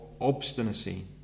obstinacy